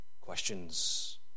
Questions